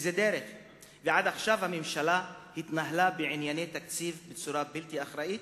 ועד עכשיו הממשלה התנהלה בענייני התקציב בצורה בלתי אחראית,